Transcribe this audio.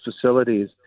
facilities